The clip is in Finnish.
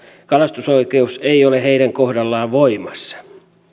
kalastusoikeus ei ole heidän kohdallaan voimassa